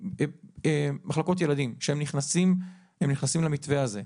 מחלקות ילדים שהם נכנסים למתווה הזה,